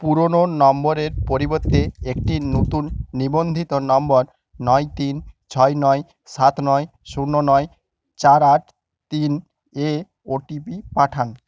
পুরোনো নাম্বারের পরিবর্তে একটি নতুন নিবন্ধিত নম্বর নয় তিন ছয় নয় সাত নয় শূন্য নয় চার আট তিন এ ওটিপি পাঠান